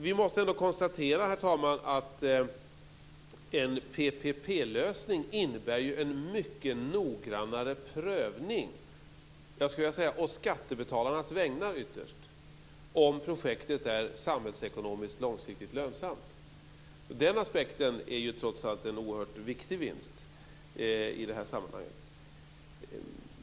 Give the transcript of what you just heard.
Vi måste, herr talman, konstatera att en PPP-lösning innebär en mycket noggrannare prövning - jag skulle vilja säga ytterst å skattebetalarnas vägnar - av om projektet är samhällsekonomiskt långsiktigt lönsamt. Det är trots allt en oerhört viktig vinst i det här sammanhanget.